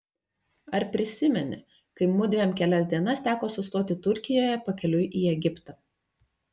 ar prisimeni kai mudviem kelias dienas teko sustoti turkijoje pakeliui į egiptą